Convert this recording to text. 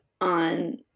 on